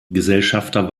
gesellschafter